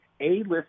A-list